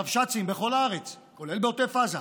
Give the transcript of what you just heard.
הרבש"צים בכל הארץ, כולל בעוטף עזה,